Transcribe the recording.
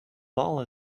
ball